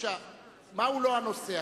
זה לא הנושא.